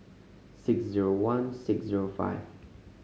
six zero one six zero five